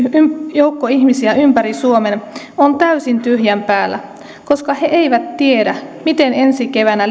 joukko ihmisiä ympäri suomen on täysin tyhjän päällä koska he eivät tiedä miten ensi keväänä